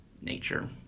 nature